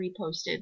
reposted